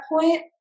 point